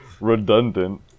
redundant